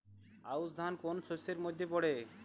আউশ ধান কোন শস্যের মধ্যে পড়ে?